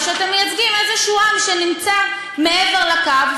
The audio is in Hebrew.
או שאתם מייצגים איזה עם שנמצא מעבר לקו?